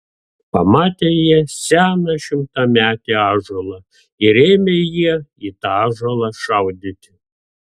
pamatė jie seną šimtametį ąžuolą ir ėmė jie į tą ąžuolą šaudyti